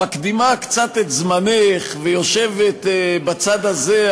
מקדימה קצת את זמנך ויושבת בצד הזה,